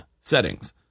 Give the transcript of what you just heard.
settings